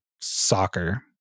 soccer